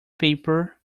paper